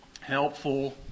helpful